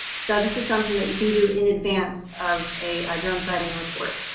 so this is something that you can do in advance of a drone sighting or report.